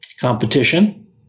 competition